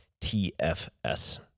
TFS